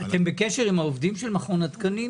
אתם בקשר עם העובדים של מכון התקנים?